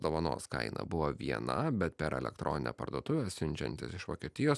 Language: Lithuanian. dovanos kaina buvo viena bet per elektroninę parduotuvę siunčiantis iš vokietijos